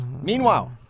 Meanwhile